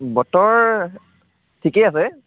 বতৰ ঠিকেই আছে